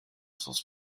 sens